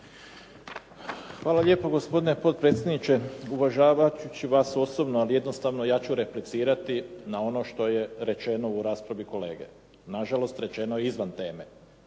Hvala lijepo gospodine potpredsjedniče. Uvažavat ću vas osobno, ali jednostavno ja ću replicirati na ono što je rečeno u raspravi kolege. Na žalost rečeno je izvan teme.